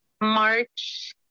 March